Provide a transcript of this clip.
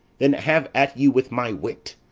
then have at you with my wit!